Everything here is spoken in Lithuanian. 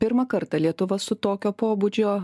pirmą kartą lietuva su tokio pobūdžio